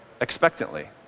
expectantly